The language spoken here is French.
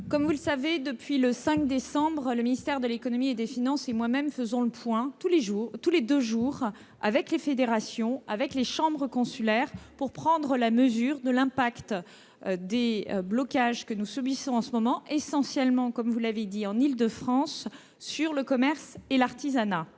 comme vous le savez, depuis le 5 décembre dernier, le ministre de l'économie et des finances et moi-même faisons le point tous les deux jours avec les fédérations et les chambres consulaires pour prendre la mesure de l'impact des blocages que nous subissons en ce moment, essentiellement en Île-de-France, comme vous l'avez souligné, sur le commerce et l'artisanat.